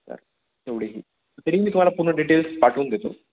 तर तेवढीही तरी मी तुम्हाला पूर्ण डिटेल्स पाठवून देतो